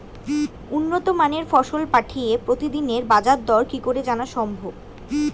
উন্নত মানের ফসল পাঠিয়ে প্রতিদিনের বাজার দর কি করে জানা সম্ভব?